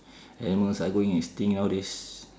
animals are going extinct all this